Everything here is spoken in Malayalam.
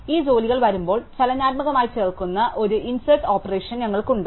ഈ ജോലികൾ വരുമ്പോൾ ചലനാത്മകമായി ചേർക്കുന്ന ഒരു ഇന്സേര്ട് ഓപ്പറേഷൻ ഞങ്ങൾക്കുണ്ട്